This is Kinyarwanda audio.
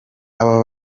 abo